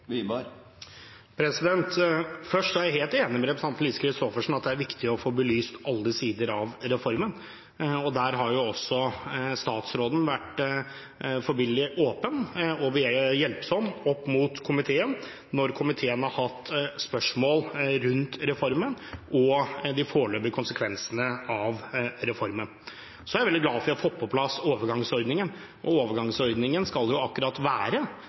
er jeg helt enig med representanten Lise Christoffersen i at det er viktig å få belyst alle sider av reformen. Der har også statsråden vært forbilledlig åpen og hjelpsom overfor komiteen, når komiteen har hatt spørsmål rundt reformen og de foreløpige konsekvensene av reformen. Jeg er veldig glad for at vi har fått på plass overgangsordningen. Overgangsordningen skal jo være akkurat